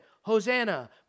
Hosanna